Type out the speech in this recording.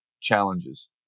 challenges